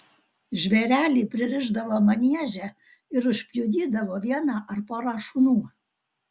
žvėrelį pririšdavo manieže ir užpjudydavo vieną ar porą šunų